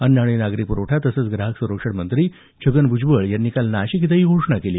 अन्न नागरी पुरवठा आणि ग्राहक संरक्षण मंत्री छगन भ्जबळ यांनी काल नाशिक इथं ही घोषणा केली